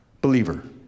believer